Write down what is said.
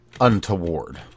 Untoward